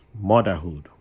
motherhood